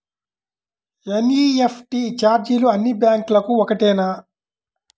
NEFT ఛార్జీలు అన్నీ బ్యాంక్లకూ ఒకటేనా?